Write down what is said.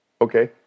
Okay